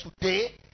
today